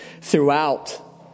throughout